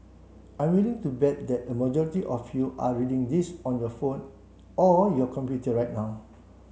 I'm willing to bet that a majority of you are reading this on your phone or your computer right now